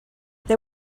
they